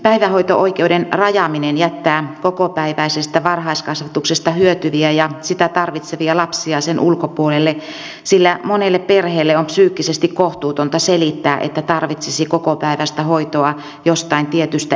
päivähoito oikeuden rajaaminen jättää kokopäiväisestä varhaiskasvatuksesta hyötyviä ja sitä tarvitsevia lapsia sen ulkopuolelle sillä monelle perheelle on psyykkisesti kohtuutonta selittää että tarvittaisiin kokopäiväistä hoitoa jostain tietystä erityisestä syystä